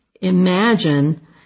imagine